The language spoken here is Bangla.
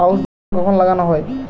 আউশ ধান কখন লাগানো হয়?